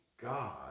God